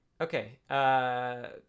Okay